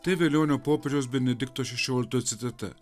tai velionio popiežiaus benedikto šešioliktojo citata